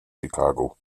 chicago